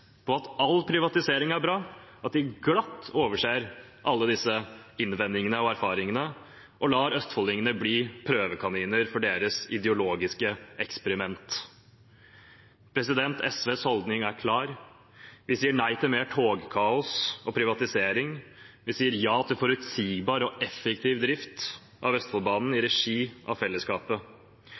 på at all privatisering er bra, at de glatt overser alle disse innvendingene og erfaringene og lar østfoldingene bli prøvekaniner for sitt ideologiske eksperiment. SVs holdning er klar: Vi sier nei til mer togkaos og privatisering. Vi sier ja til forutsigbar og effektiv drift av Østfoldbanen i regi av fellesskapet.